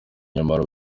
nyamara